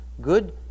good